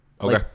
Okay